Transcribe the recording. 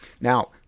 Now